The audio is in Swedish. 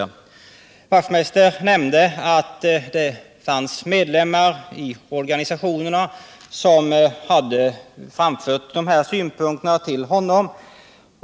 Hans Wachtmeister nämnde att medlemmar i organisationerna hade framfört dessa synpunkter till honom.